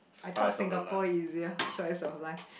I thought Singapore easier slice of life